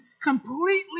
completely